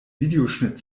videoschnitt